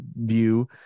view